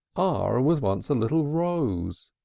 r r was once a little rose,